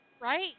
Right